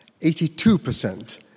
82%